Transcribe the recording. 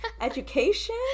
education